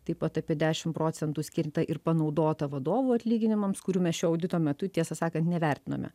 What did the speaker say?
taip pat apie dešim procentų skirta ir panaudota vadovų atlyginimams kurių mes šio audito metu tiesą sakant nevertinome